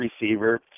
receiver